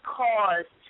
cause